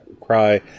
Cry